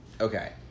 Okay